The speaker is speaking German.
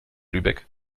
lübeck